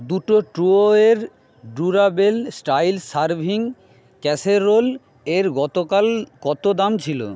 দুটো Trueware durable styles serving casserole এর গতকাল কতো দাম ছিলো